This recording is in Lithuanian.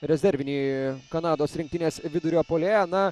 rezervinį kanados rinktinės vidurio puolėja na